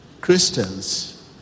christians